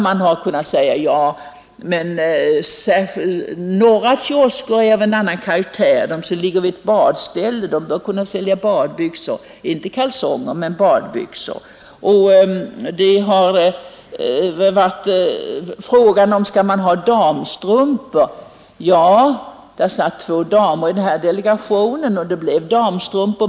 Man har kunnat säga: Ja, men en del kiosker är av en annan karaktär. De som ligger vid badställen bör kunna sälja badbyxor — inte kalsonger men badbyxor. Det har också varit fråga om huruvida man skall ha damstrumpor. Ja, där satt två damer i delegationen, och det blev damstrumpor.